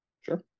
Sure